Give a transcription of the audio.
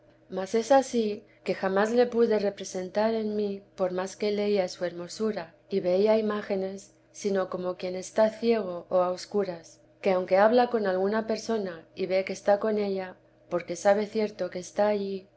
mas es ansí que jamás le pude representaren mí por más que leía su hermosura y veía imágenes sino como quien está ciego o a oscuras que aunque habla con alguna persona y ve que está con ella porque sabe cierto que está allí